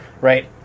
right